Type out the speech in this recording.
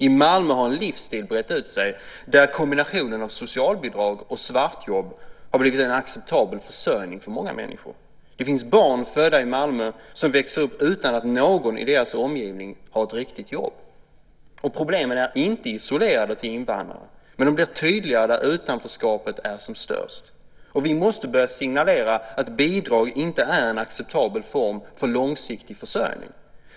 I Malmö har en livsstil brett ut sig där kombinationen av socialbidrag och svartjobb har blivit en acceptabel försörjning för många människor. Det finns barn födda i Malmö som växer upp utan att någon i deras omgivning har ett riktigt jobb. Problemen är inte isolerade till invandrare. Men de blir tydligare där utanförskapet är som störst. Vi måste börja signalera att bidrag inte är en acceptabel form för långsiktig försörjning.